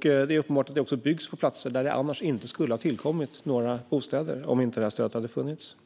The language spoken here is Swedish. Det är också uppenbart att det byggs på platser där det inte skulle ha tillkommit några bostäder om detta stöd inte hade funnits.